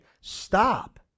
Stop